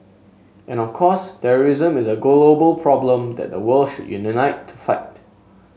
and of course terrorism is a global problem that the world should unite to fight